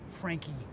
Frankie